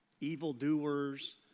evildoers